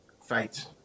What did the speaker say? fight